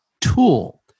tool